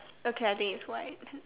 okay I think it's white